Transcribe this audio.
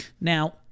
Now